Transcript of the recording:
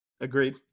Agreed